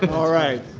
and alright.